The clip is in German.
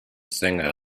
sänger